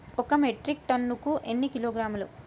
ఒక మెట్రిక్ టన్నుకు ఎన్ని కిలోగ్రాములు?